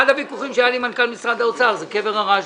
אחד הוויכוחים שהיה לי עם מנכ"ל משרד האוצר זה קבר הרשב"י.